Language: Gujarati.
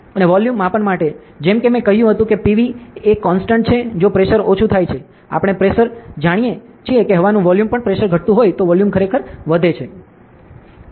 અને વોલ્યુમ માપન માટે જેમ કે મેં કહ્યું હતું કે PV એ એક કોંસ્ટંટ છે જો પ્રેશર ઓછું થાય છે આપણે જાણીએ છીએ કે હવાનું વોલ્યુમ પણ જો પ્રેશર ઘટતું હોય તો વોલ્યુમ ખરેખર વધે છે